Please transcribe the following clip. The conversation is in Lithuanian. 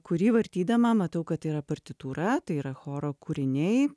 kurį vartydama matau kad tai yra partitūra tai yra choro kūriniai